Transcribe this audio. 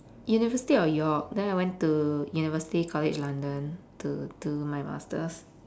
university of york then I went to university college london to do my masters